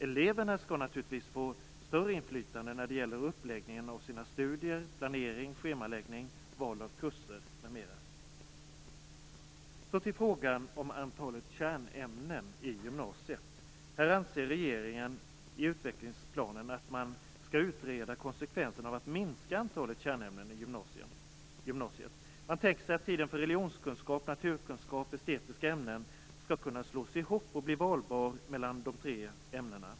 Eleverna skall naturligtvis få större inflytande när det gäller uppläggningen av sina studier, planering, schemaläggning, val av kurser, m.m. Så till frågan om antalet kärnämnen i gymnasiet. Här anser regeringen i utvecklingsplanen att man skall utreda konsekvenserna av att minska antalet kärnämnen i gymnasiet. Man tänker sig att tiden för religionskunskap, naturkunskap och estetiska ämnen skall kunna slås ihop och bli valbar mellan de tre ämnena.